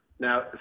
Now